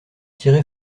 tiré